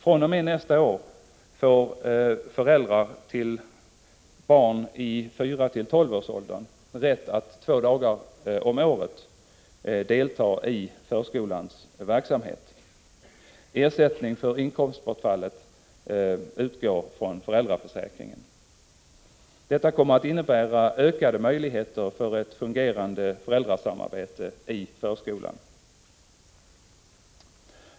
fr.o.m. nästa år får föräldrar till barn i fyra till tolv års ålder rätt att två dagar om året delta i förskoleverksamheten. Ersättning för inkomstbortfallet utgår från föräldraförsäkringen. Detta kommer att innebära ökade möjligheter för ett fungerande föräldrasamarbete i förskolan.